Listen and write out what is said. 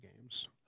games